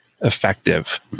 effective